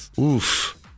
oof